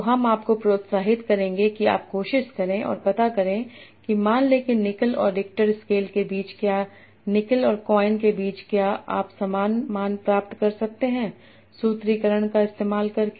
तो हम आपको प्रोत्साहित करेंगे कि आप कोशिश करें और पता करें कि मान लें कि निकल और रिक्टर स्केल के बीच या निकल और कॉइन के बीच क्या आप समान मान प्राप्त कर सकते हैं सूत्रीकरण का इस्तेमाल करके